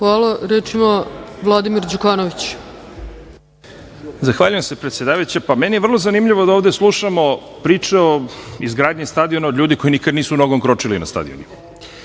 Izvolite. **Vladimir Đukanović** Zahvaljujem se, predsedavajuća. Meni je vrlo zanimljivo da ovde slušamo priče o izgradnji stadiona od ljudi koji nisu nikada nogom kročili na stadione.